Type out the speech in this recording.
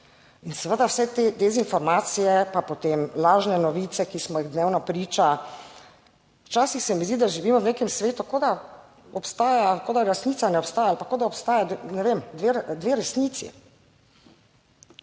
In seveda vse te dezinformacije, pa potem lažne novice, ki smo jih dnevno priča. Včasih se mi zdi, da živimo v nekem svetu, kot da obstaja, kot da resnica ne obstaja ali pa kot da obstaja, ne vem, dve resnici.